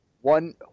one